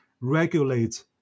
regulate